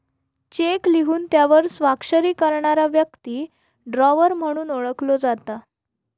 check लिहून त्यावर स्वाक्षरी करणारा व्यक्ती ड्रॉवर म्हणून ओळखलो जाता